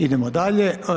Idemo dalje.